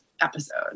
episode